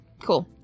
Cool